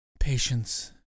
patience